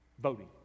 Voting